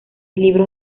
libros